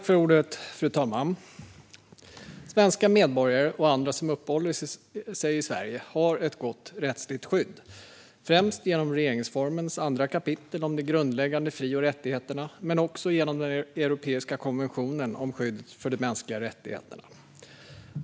Fru talman! Svenska medborgare och andra som uppehåller sig i Sverige har ett gott rättsligt skydd, främst genom regeringsformens andra kapitel som handlar om de grundläggande fri och rättigheterna men också genom den europeiska konventionen om skydd för de mänskliga rättigheterna.